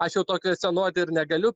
aš jau to kvestionuoti ir negaliu